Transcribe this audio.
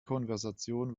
konversation